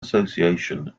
association